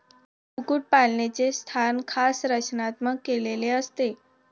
कुक्कुटपालनाचे स्थान खास रचनात्मक केलेले असते